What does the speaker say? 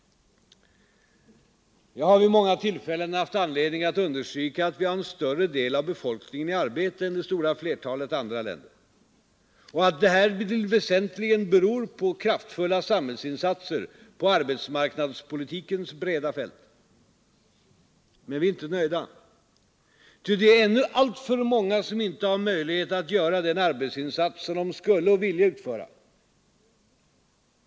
Jag har vid många tillfällen haft anledning att understryka att vi har en större del av befolkningen i arbete än det stora flertalet andra länder och att detta till väsentlig del beror på kraftfulla samhällsinsatser på arbetsmarknadspolitikens breda fält. Men vi är inte nöjda. Ty det är ännu alltför många som inte har möjlighet att göra den arbetsinsats som de skulle kunna och vilja utföra.